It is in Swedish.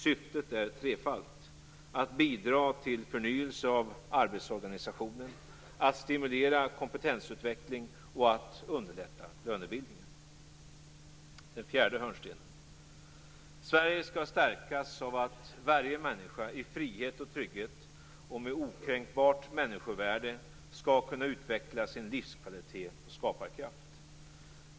Syftet är trefaldigt: att bidra till förnyelse av arbetsorganisationen, att stimulera kompetensutveckling och att underlätta lönebildningen. För det fjärde: Sverige skall stärkas av att varje människa i frihet och trygghet och med okränkbart människovärde skall kunna utveckla sin livskvalitet och skaparkraft.